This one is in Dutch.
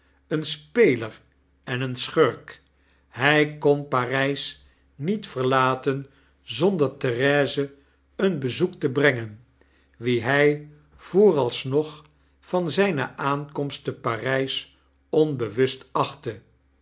een speler en een schurk hfr kon p a r ij s niet verlaten zonder therese een bezoek te brengen wie hij vooralsnog van zijne aankomst te p a r ij s onbewust achtte